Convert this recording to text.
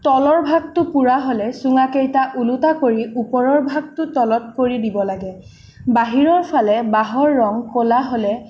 তলৰ ভাগটো পোৰা হ'লে চুঙাকেইটা ওলোটা কৰি ওপৰৰ ভাগটো তলত কৰি দিব লাগে বাহিৰৰ ফালে বাঁহৰ ৰং ক'লা হ'লে